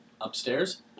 upstairs